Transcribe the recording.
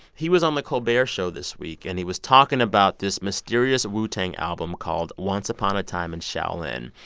he was on the colbert show this week. and he was talking about this mysterious wu-tang album called once upon a time in shaolin.